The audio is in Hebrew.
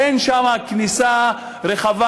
אין שם כניסה רחבה.